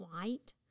white